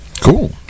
cool